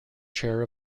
chair